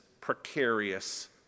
precarious